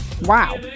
wow